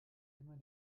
immer